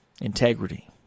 Integrity